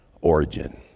origin